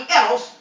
else